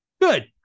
good